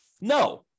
No